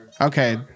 Okay